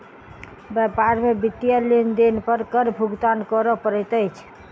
व्यापार में वित्तीय लेन देन पर कर भुगतान करअ पड़ैत अछि